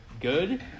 good